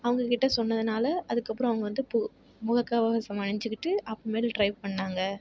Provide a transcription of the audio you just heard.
அவங்ககிட்ட சொன்னதுனால் அதுக்கப்புறம் அவங்க வந்து பு முகக்கவசம் அணிஞ்சுக்கிட்டு அப்புறமேல் ட்ரைவ் பண்ணிணாங்க